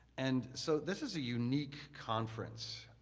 and so, this is a unique conference.